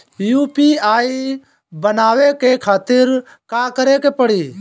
UPI बनावे के खातिर का करे के पड़ी?